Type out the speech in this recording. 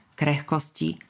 krehkosti